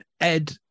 ed